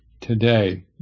today